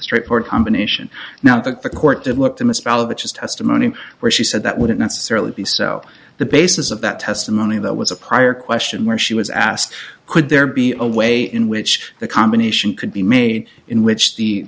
straightforward combination now that the court did what them is valid which is testimony where she said that wouldn't necessarily be so the basis of that testimony that was a prior question where she was asked could there be a way in which the combination could be made in which the